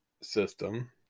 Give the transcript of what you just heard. system